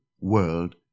World